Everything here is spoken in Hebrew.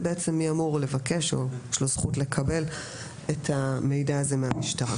זה בעצם אומר מי אמור לבקש או שיש לו זכות לקבל את המידע הזה מהמשטרה.